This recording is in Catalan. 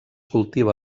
cultiva